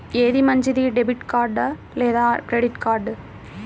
ఏది మంచిది, debit card లేదా క్రెడిట్ కార్డ్?